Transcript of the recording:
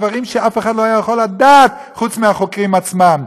דברים שאף אחד לא יכול לדעת חוץ מהחוקרים עצמם,